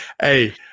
Hey